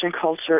culture